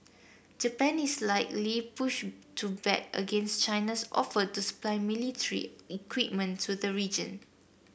Japan is likely push to back against China's offer to supply military equipment to the region